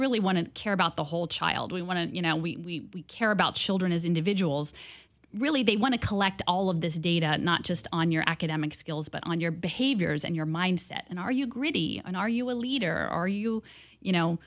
really want to care about the whole child we want to you know we care about children as individuals really they want to collect all of this data not just on your academic skills but on your behaviors and your mindset and are you gritty and are you a leader or are you you know